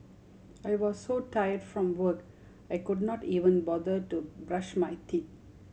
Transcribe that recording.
I was so tired from work I could not even bother to brush my teeth